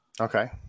Okay